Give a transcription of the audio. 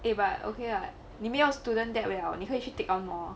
eh but okay lah 你没有 student debt liao 你可以去 take on more